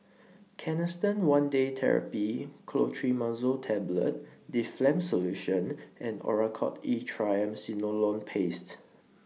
Canesten one Day Therapy Clotrimazole Tablet Difflam Solution and Oracort E Triamcinolone Paste